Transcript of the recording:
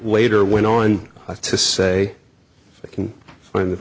later went on to say i can find